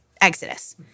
Exodus